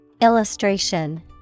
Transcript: Illustration